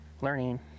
learning